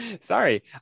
sorry